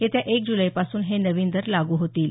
येत्या एक जुलैपासून हे नवीन दर लागू होतील